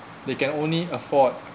they can only afford